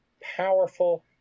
powerful